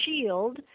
shield